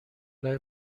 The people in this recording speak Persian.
لای